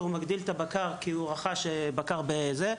הוא מגדיל את מכסת הבקר כי הוא רכש בקר בשנית,